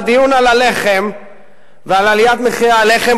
בדיון על הלחם ועל עליית מחירי הלחם,